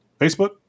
Facebook